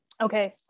okay